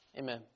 Amen